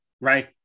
right